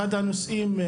אחד הנושאים,